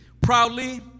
Proudly